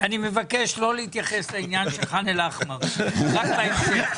אני מבקש לא להתייחס לעניין של חאן אל אח'מר; רק בהמשך.